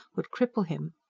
would cripple him.